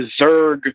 Zerg